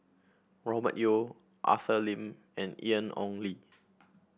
Robert Yeo Arthur Lim and Ian Ong Li